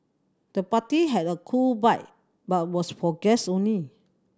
the party had a cool vibe but was for guests only